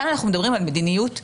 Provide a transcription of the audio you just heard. כאן אנחנו מדברים על מדיניות ענישה.